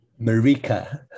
Marika